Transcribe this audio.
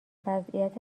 وضعیت